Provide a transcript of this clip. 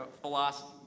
philosophy